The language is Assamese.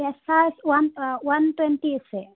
প্ৰেছাৰ ওৱান ওৱান টুৱেণ্টি আছে